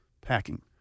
packing